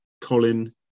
Colin